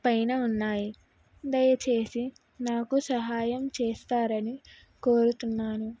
పైన ఉన్నాయి దయచేసి నాకు సహాయం చేస్తారని కోరుతున్నాను